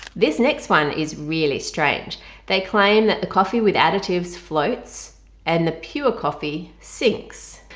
this next one is really strange they claim that the coffee with additives floats and the pure coffee sinks.